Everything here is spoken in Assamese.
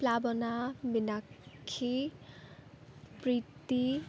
প্লাৱনা মিনাক্ষী প্ৰীতি